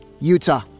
Utah